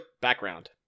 background